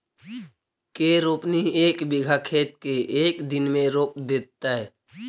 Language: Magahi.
के रोपनी एक बिघा खेत के एक दिन में रोप देतै?